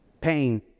pain